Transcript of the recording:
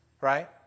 right